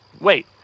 wait